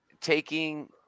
taking